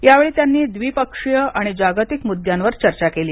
यावेळी त्यांनी द्विपक्षीय आणि जागतिक मुद्यांवर चर्चा केली